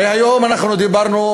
היום אנחנו דיברנו,